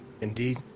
indeed